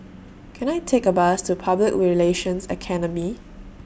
Can I Take A Bus to Public Relations Academy